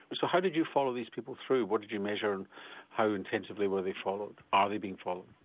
but so how did you follow these people through, what did you measure and how intensively were they followed, are they being followed?